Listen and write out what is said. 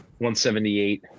178